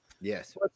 yes